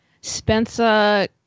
Spencer